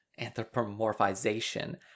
Anthropomorphization